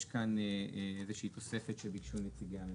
בידי מקור מיד" יש כאן איזושהי תוספת שביקשו נציגי הממשלה.